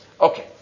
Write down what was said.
Okay